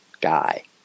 guy